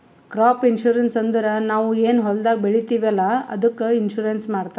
crop insurance ಅಂದುರ್ ನಾವ್ ಏನ್ ಹೊಲ್ದಾಗ್ ಬೆಳಿತೀವಿ ಅಲ್ಲಾ ಅದ್ದುಕ್ ಇನ್ಸೂರೆನ್ಸ್ ಮಾಡ್ತಾರ್